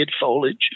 foliage